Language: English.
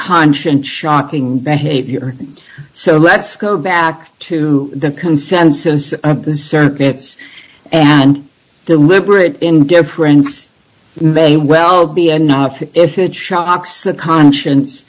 conscient shocking behavior so let's go back to the consensus of the circuits and deliberate indifference may well be and if it shocks the conscience